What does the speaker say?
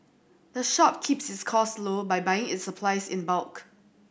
the shop keeps its cost low by buying its supplies in bulk